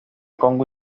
congo